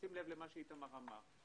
לשים לב למה שאיתמר אמר.